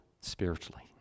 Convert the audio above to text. spiritually